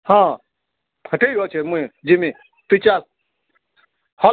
ହଁ ଠିକ୍ ଅଛେ ମୁଇଁ ଯିମି ତୁଇ ଚାଲ୍ ହଁ